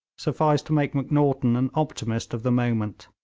sufficed to make macnaghten an optimist of the moment.